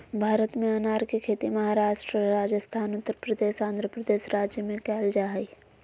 भारत में अनार के खेती महाराष्ट्र, राजस्थान, उत्तरप्रदेश, आंध्रप्रदेश राज्य में कैल जा हई